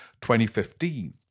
2015